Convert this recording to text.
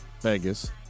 Vegas